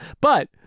But-